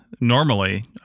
normally